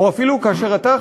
או אפילו כאשר אתה,